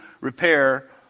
repair